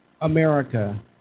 America